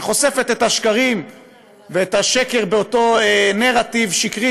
שחושפת את השקרים ואת השקר באותו נרטיב שקרי